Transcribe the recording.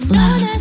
love